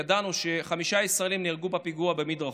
ידענו שחמישה ישראלים נהרגו בפיגוע במדרחוב,